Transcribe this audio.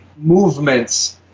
movements